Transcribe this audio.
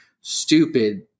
stupid